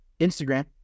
Instagram